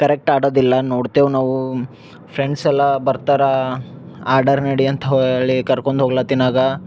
correct ಆಡೋದಿಲ್ಲ ನೋಡ್ತೇವೆ ನಾವು ಫ್ರೆಂಡ್ಸೆಲ್ಲ ಬರ್ತಾರೆ ಆಡರ್ ನಡಿಯಂತ ಹೇಳಿ ಕರ್ಕೊಂಡ್ ಹೋಗ್ಲತ್ತಿನ ಆಗ